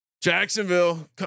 Jacksonville